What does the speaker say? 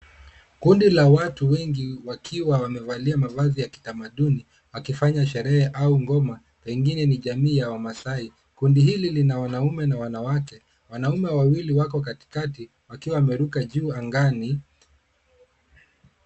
Kundi la watu wengi wakiwa wamevalia mavazi ya kitamaduni, wakifanya sherehe au ngoma, pengine ni jamii ya wamasai. Kundi hili lina wanaume na wanawake, wanaume wawili wako katikati wakiwa wameruka juu angani.